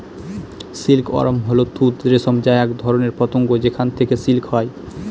silk worm হল তুঁত রেশম যা এক ধরনের পতঙ্গ যেখান থেকে সিল্ক হয়